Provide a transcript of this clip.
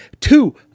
Two